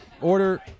order